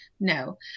No